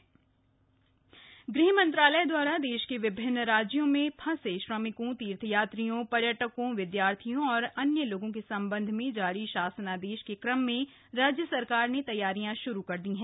शासनादेश गृह मंत्रालय दवारा देश के विभिन्न राज्यों में फंसे श्रमिकों तीर्थयात्रियों पर्यटकों विद्यार्थी और अन्य के संबंध में जारी शासनादेश के क्रम में राज्य सरकार ने तैयारियां शुरू कर दी है